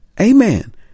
Amen